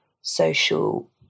social